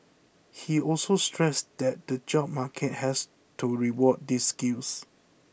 he also stressed that the job market has to reward these skills